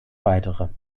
weitere